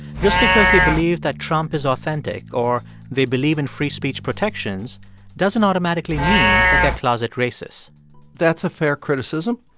just because they believe that trump is authentic or they believe in free speech protections doesn't automatically mean that they're closet racists that's a fair criticism.